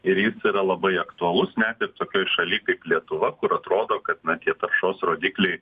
ir jis yra labai aktualus net ir tokioj šaly kaip lietuva kur atrodo kad na tie taršos rodikliai